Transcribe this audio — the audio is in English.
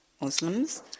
Muslims